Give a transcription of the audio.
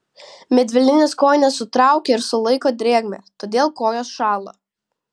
medvilninės kojinės sutraukia ir sulaiko drėgmę todėl kojos šąla